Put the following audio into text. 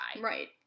Right